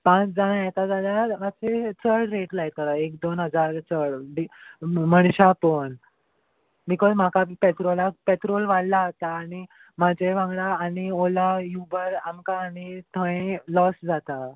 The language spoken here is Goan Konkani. पांच जाणां येता जाल्यार मातशें चड रेट लायता एक दोन हजार चड बी मनशां पोवन बिकॉज म्हाका पेट्रोलाक पेट्रोल वाडलां आता आनी म्हाजे वांगडा आनी ओला युबर आमकां आनी थंय लॉस जाता